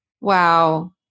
Wow